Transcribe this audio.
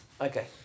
Okay